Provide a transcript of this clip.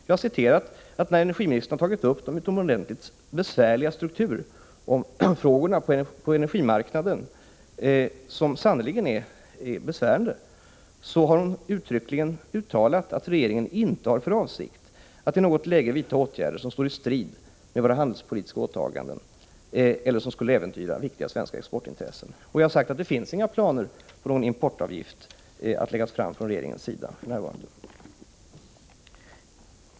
Jag har sagt att när energiministern har tagit upp de utomordentligt besvärliga strukturfrågorna på energimarknaden — som sannerligen är besvärande — har hon uttryckligen uttalat att regeringen inte har för avsikt att i något läge vidta åtgärder som står i strid med våra handelspolitiska åtaganden eller som skulle äventyra viktiga svenska exportintressen. Jag har sagt att det för närvarande inte finns några planer från regeringens sida att införa importavgifter.